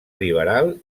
liberal